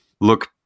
look